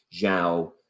Zhao